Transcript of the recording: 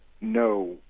no